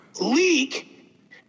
Leak